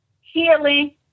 healing